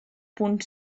punt